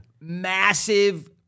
massive